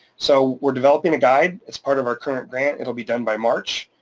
so we're developing a guide as part of our current grant. it'll be done by march.